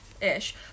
ish